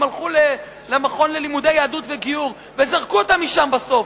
הם הלכו למכון ללימודי יהדות וגיור וזרקו אותם משם בסוף.